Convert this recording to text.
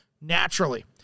naturally